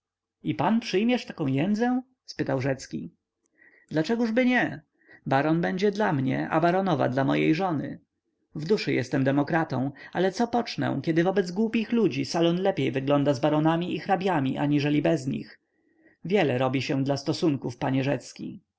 i pan przyjmiesz taką jędzę spytał rzecki dlaczegóżby nie baron będzie dla mnie a baronowa dla mojej żony w duszy jestem demokratą ale co pocznę kiedy wobec głupich ludzi salon lepiej wygląda z baronami i hrabiami aniżeli bez nich wiele robi się dla stosunków papaniepanie rzecki